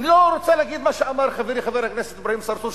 אני לא רוצה להגיד מה שאמר חברי חבר הכנסת אברהים צרצור,